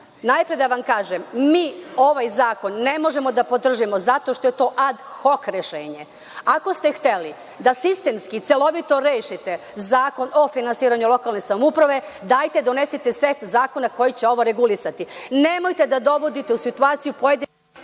obraćao. Da vam kažem, mi ovaj zakon ne možemo da podržimo zato što je to ad hok rešenje. Ako ste hteli sistemski i celovito da rešite Zakon o finansiranju lokalne samouprave, dajte donesite set zakona koji će ovo regulisati. Nemojte da dovodite u situaciju pojedine